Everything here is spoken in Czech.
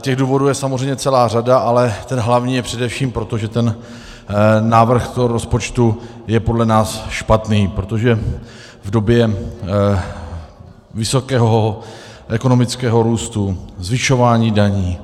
Těch důvodů je samozřejmě celá řada, ale ten hlavní je především proto, že ten návrh rozpočtu je podle nás špatný, protože v době vysokého ekonomického růstu, zvyšování daní,